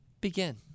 begin